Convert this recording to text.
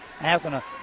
Athena